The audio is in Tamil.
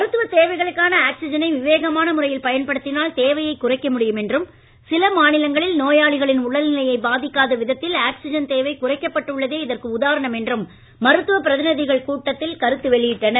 மருத்துவத் தேவைகளுக்கான ஆக்ஸிஜனை விவேகமான முறையில் பயன்படுத்தினால் தேவையைக் குறைக்க முடியும் என்றும் சில மாநிலங்களில் நோயாளிகளின் உடல்நிலையை பாதிக்காத விதத்தில் ஆக்ஸிஜன் தேவை குறைக்கப்பட்டு உள்ளதே இதற்கு உதாரணம் என்றும் மருத்துவ பிரதிநிதிகள் இக்கூட்டத்தில் கருத்து வெளியிட்டனர்